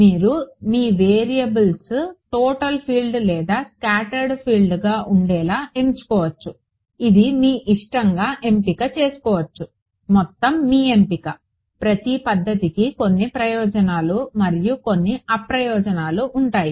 మీరు మీ variables total field లేదా స్కాటర్డ్ ఫీల్డ్గా ఉండేలా ఎంచుకోవచ్చు ఇది మీ ఇష్టంగా ఎంపిక చేసుకోవచ్చు మొత్తం మీ ఎంపిక ప్రతి పద్ధతికి కొన్ని ప్రయోజనాలు మరియు కొన్ని అప్రయోజనాలు ఉంటాయి